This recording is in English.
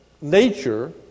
nature